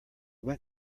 went